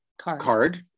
Card